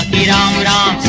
da da um ah da